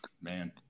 Man